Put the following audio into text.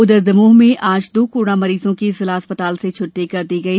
उधर दमोह में आज दो कोरोना मरीजों की जिला अस्पताल से छुट्टी कर दी गई